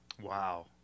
Wow